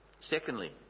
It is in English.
Secondly